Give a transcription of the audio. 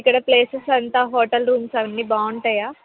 ఇక్కడ ప్లేసెస్ అంతా hotel rooms అవన్నీ బాగుంటాయా